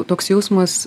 toks jausmas